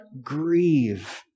grieve